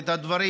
את הדברים,